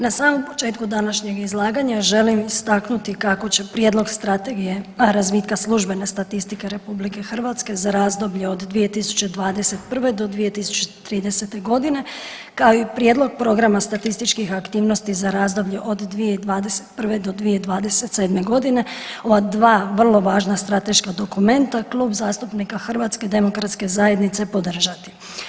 Na samom početku današnjeg izlaganja želim istaknuti kako će prijedlog Strategije razvitka službene statistike RH za razdoblje od 2021. do 2030.g., kao i prijedlog programa statističkih aktivnosti za razdoblje od 2021. do 2027.g. ova dva vrlo važna strateška dokumenta Klub zastupnika HDZ-a podržati.